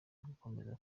bukomeze